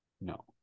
no